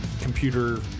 computer